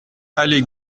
allée